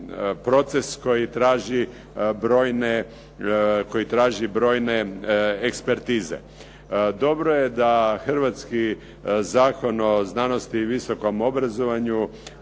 proces koji traži brojne ekspertize. Dobro je da hrvatski Zakon o znanosti i visokom obrazovanju